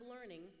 learning